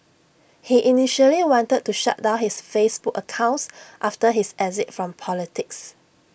he initially wanted to shut down his Facebook accounts after his exit from politics